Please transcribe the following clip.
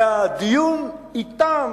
הדיון אתם